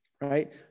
right